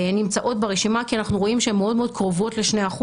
נמצאות ברשימה כי אנחנו רואים שהן מאוד קרובות ל-2%.